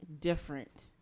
different